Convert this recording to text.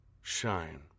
shine